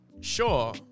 sure